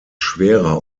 schwerer